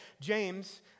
James